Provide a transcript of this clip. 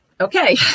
okay